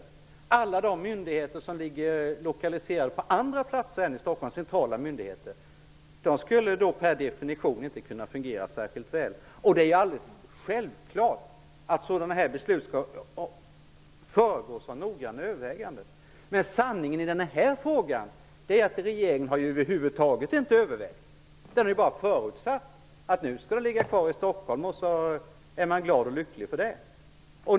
Annars skulle alla de myndigheter som ligger lokaliserade på andra platser än Stockholm per definition inte kunna fungera särskilt väl. Det är alldeles självklart att besluten skall föregås av noggranna överväganden. Men sanningen i den här frågan är att regeringen över huvud taget inte har övervägt någonting utan bara förutsatt att myndigheterna skall finnas i Stockholm. Och så är man glad och lycklig för det.